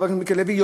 חבר הכנסת מיקי לוי,